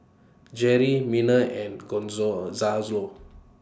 Jerri Miner and